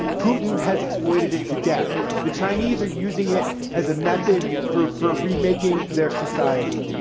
putin has exploited it to death. the chinese are using it as a method for for remaking their society.